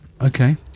Okay